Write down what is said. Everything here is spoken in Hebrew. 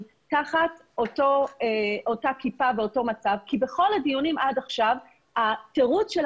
תחת אותה כיפה ואותו מצב כי בכל הדיונים עד עכשיו התירוץ של